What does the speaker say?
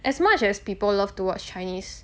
as much as people love to watch chinese